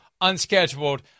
unscheduled